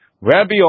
Rabbi